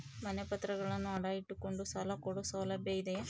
ಮನೆ ಪತ್ರಗಳನ್ನು ಅಡ ಇಟ್ಟು ಕೊಂಡು ಸಾಲ ಕೊಡೋ ಸೌಲಭ್ಯ ಇದಿಯಾ?